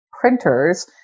printers